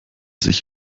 sich